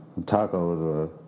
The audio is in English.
tacos